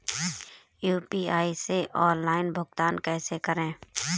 UPI से online भुगतान कैसे करें?